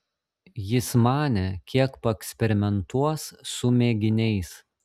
jis manė kiek paeksperimentuos su mėginiais